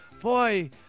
boy